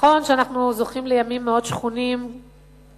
נכון שאנחנו זוכים לימים מאוד שחונים לאחרונה,